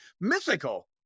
mythical